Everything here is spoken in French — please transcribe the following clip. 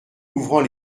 ouvrant